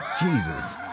Jesus